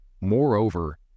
Moreover